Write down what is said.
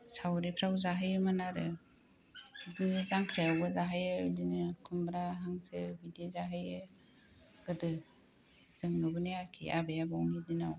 सावरिफ्राव जाहोयोमोन आरो बिदिनो जांख्रायावबो जाहोयो बिदिनो खुमब्रा हांसो बिदि जाहोयो गोदो जों नुबोनाया आरखि आबै आबौनि दिनाव